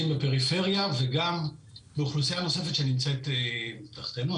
בפריפריה וגם באוכלוסייה נוספות שנמצאת מתחתנו.